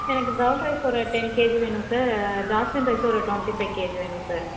எனக்கு brown rice ஒரு ten KG வேணும் சார் ஜாஸ்மின் ரைஸ் ஒரு ட்வெண்ட்டி ஃபைவ் கேஜி வேணும் சார்